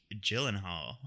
Gyllenhaal